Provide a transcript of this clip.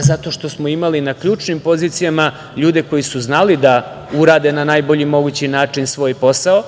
Zato što smo imali na ključnim pozicijama ljude koji su znali da urade na najbolji mogući način svoj posao,